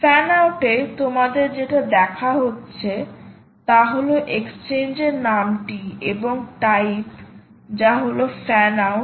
fan out এ তোমাদের যেটা দেখা হচ্ছে তা হল এক্সচেঞ্জের নামটি এবং টাইপ যা হলো ফ্যান আউট